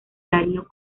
darío